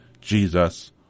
Jesus